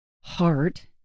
heart